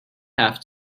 have